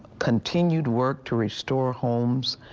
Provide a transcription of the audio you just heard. continue to work to restore homes.